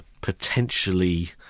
potentially